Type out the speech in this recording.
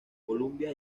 columbia